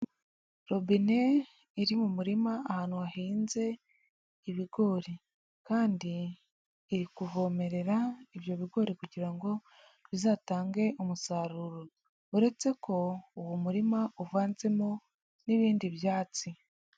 Robine iri mu murima ahantu hahinze ibigori. Kandi iri kuvomerera ibyo bigori, kugira ngo bizatange umusaruro. Uretse ko, uwo murima uvanzemo n'ibindi byatsi.